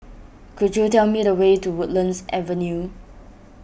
could you tell me the way to Woodlands Avenue